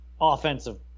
offensive